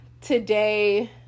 today